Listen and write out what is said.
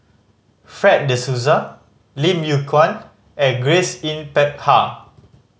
Fred De Souza Lim Yew Kuan and Grace Yin Peck Ha